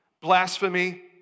Blasphemy